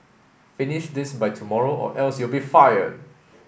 finish this by tomorrow or else you'll be fired